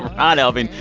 ron elving.